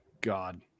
God